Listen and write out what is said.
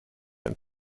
and